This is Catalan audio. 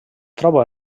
troba